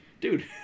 dude